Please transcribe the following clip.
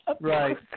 Right